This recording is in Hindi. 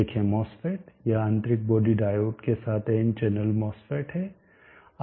देखें MOSFET यह आंतरिक बॉडी डायोड के साथ n चैनल MOSFET है